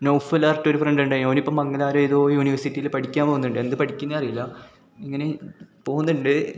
നൗഫലാർട്ടൊരു ഫ്രെണ്ടുണ്ടായിന് ഓൻ ഇപ്പം മംഗലാപുരം ഏതോ യൂണിവേഴ്സിറ്റിയിൽ പഠിക്കാൻ പോകുന്നുണ്ട് എന്താണ് പഠിക്കുന്നത് അറിയില്ല ഇങ്ങനെ പോകുന്നുണ്ട്